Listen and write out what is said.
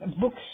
books